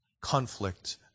conflict